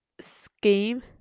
scheme